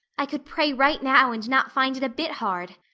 i could pray right now and not find it a bit hard.